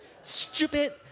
stupid